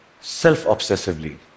self-obsessively